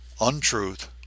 untruth